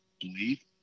believe